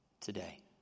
today